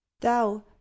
Thou